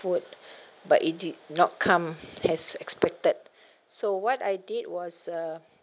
food but it did not come as expected so what I did was uh